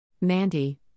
Mandy